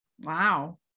wow